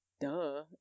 Duh